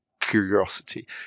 curiosity